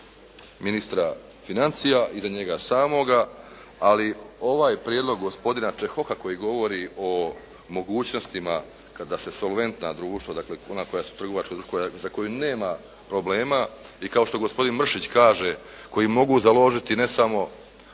ministra financija i za njega samoga, ali ovaj prijedlog gospodina Čehoka koji govori o mogućnostima kada se solventna društva, dakle ona koja su trgovačka društva za koja nema problema i kao što gospodin Mršić kaže koji mogu založiti ne samo,